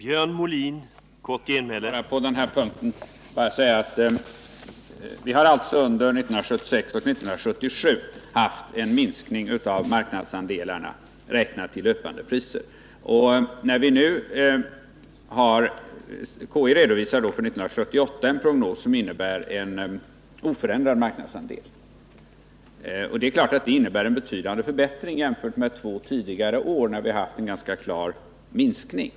Herr talman! Får jag bara säga att vi alltså under 1976 och 1977 har haft en minskning av marknadsandelarna räknat i löpande priser. Konjunkturinstitutet redovisar för 1978 en prognos som innebär oförändrad marknadsandel. Och det är klart att det innebär en betydande förbättring jämfört med två tidigare år då vi har haft en ganska klar minskning.